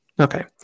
Okay